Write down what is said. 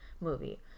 movie